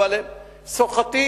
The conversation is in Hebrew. אבל הן סוחטות,